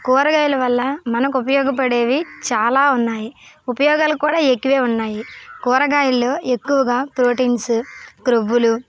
కూరగాయల వల్ల మనకు ఉపయోగపడేవి చాలా ఉన్నాయి ఉపయోగాలు కూడా ఎక్కువే ఉన్నాయి కూరగాయలలో ఎక్కువగా ప్రోటీన్స్ క్రొవ్వులు